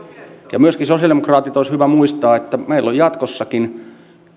ja myöskin sosiaalidemokraatit olisi hyvä muistaa että meillä on jatkossakin